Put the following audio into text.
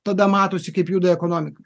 tada matosi kaip juda ekonomika